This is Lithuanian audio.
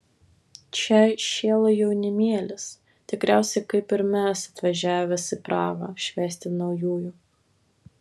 čia šėlo jaunimėlis tikriausiai kaip ir mes atvažiavęs į prahą švęsti naujųjų